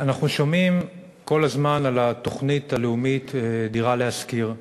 אנחנו שומעים כל הזמן על התוכנית הלאומית "דירה להשכיר",